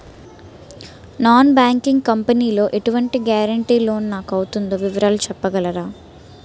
Non banking company లో ఎటువంటి guarantee loan నాకు అవుతుందో వివరాలు చెప్పగలరా?